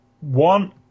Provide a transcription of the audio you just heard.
One